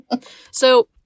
So-